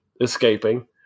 escaping